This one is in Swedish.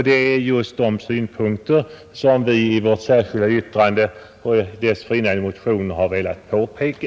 Det är just de synpunkterna som vi i vårt särskilda yttrande och dessförinnan i vår motion har velat påpeka.